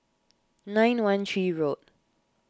nine one three road